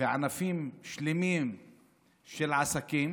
וענפים שלמים של עסקים